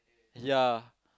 ya